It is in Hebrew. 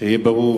שיהיה ברור